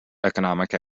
economic